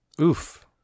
oof